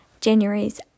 January's